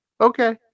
okay